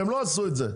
והן לא עשו את זה.